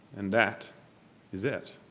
and that is it.